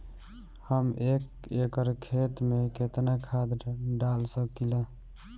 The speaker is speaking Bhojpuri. हम एक एकड़ खेत में केतना खाद डाल सकिला?